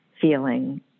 feeling